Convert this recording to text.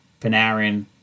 Panarin